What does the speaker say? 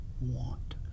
want